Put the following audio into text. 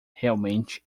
realmente